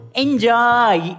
enjoy